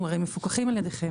אנחנו הרי מפוקחים על ידיכם,